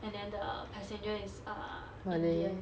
and then the passenger is a indian